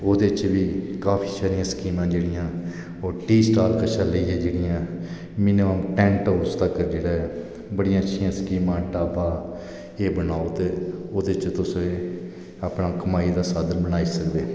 ओहदे बिच बी काफी सारियां स्कीमा जेहड़ियां ओह् टू स्टाल कशा लेइयै जेहडियां टेंट हाउस तक जेहड़ा ऐ बड़ियां अच्छियां स्कीमा ना एह् बनाओ ते ओहदे च तुस अपना कमाई दा साधन बनाई सकदे